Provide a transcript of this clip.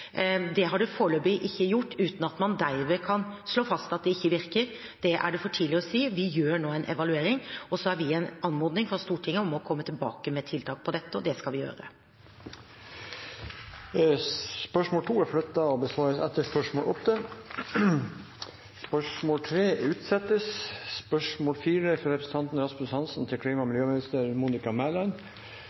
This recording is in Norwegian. Det har det foreløpig ikke gjort, uten at man dermed kan slå fast at det ikke virker. Det er det for tidlig å si. Vi gjør nå en evaluering, og så har vi fått en anmodning fra Stortinget om å komme tilbake med tiltak, og det skal vi gjøre. Spørsmål 2 vil bli besvart senere. Dette spørsmålet er utsatt til neste spørretime. Vi går til spørsmål 4, fra representanten Rasmus Hansson til klima- og